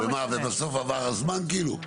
ובסוף עבר הזמן כאילו?